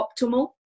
optimal